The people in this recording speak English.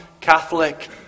Catholic